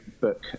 book